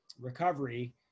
recovery